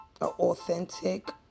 authentic